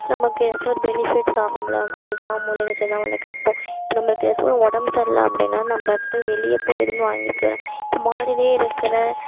நமக்கு ஏதாச்சும் ஒரு பெனிஃபிட்ஸ் ஆகும்ல அதிகமாக மூலிகை செடிலாம் வளக்கிறப்போ இப்போ நம்மளுக்கு ஏதாச்சும் ஒரு உடம்பு சரியில்ல அப்படின்னா நம்ம போய் வெளியே போய் எதுவும் வாங்கிக்க வேணாம் இப்போ மாடியில் இருக்கிற